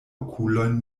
okulojn